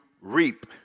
reap